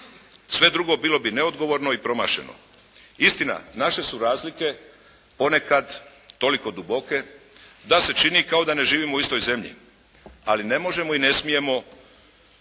Sve drugo bilo bi neodgovorno i promašeno. Istina, naše su razlike ponekad toliko duboke da se čini kao da ne živimo u istoj zemlji, ali ne možemo i ne smijemo